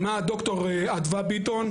אימה ד"ר אדווה ביטון,